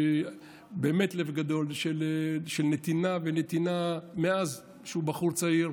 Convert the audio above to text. באמת לב גדול של נתינה ונתינה מאז שהוא בחור צעיר.